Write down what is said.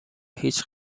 هیچ